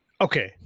okay